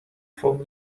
phone